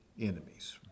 enemies